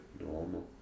normal